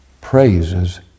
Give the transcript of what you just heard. praises